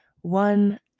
one